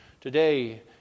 today